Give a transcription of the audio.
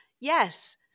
yes